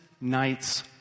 nights